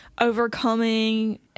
overcoming